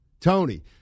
Tony